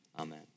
Amen